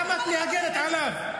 למה את מגינה עליו?